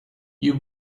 you